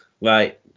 right